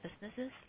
businesses